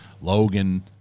Logan